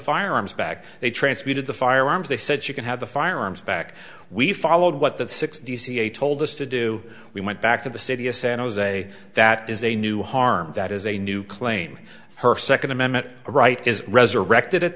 firearms back they transmitted the firearms they said she could have the firearms back we followed what that six dca told us to do we went back to the city of san jose that is a new harm that is a new claim her second amendment right is resurrected at